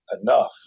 enough